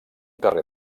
carrer